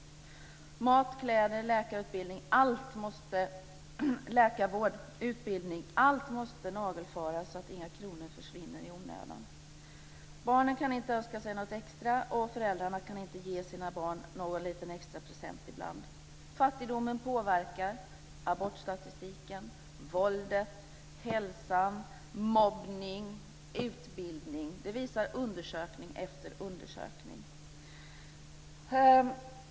Mat, kläder, läkarvård, utbildning - allt måste nagelfaras så att inga kronor försvinner i onödan. Barnen kan inte önska sig något extra, och föräldrarna kan inte ge sina barn någon liten extra present ibland. Fattigdomen påverkar abortstatistiken, våldet, hälsan, mobbningen och utbildningen. Det visar undersökning efter undersökning.